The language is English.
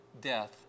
death